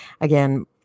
Again